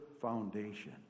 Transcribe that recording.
foundation